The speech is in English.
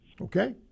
Okay